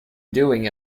doing